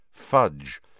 fudge